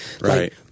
Right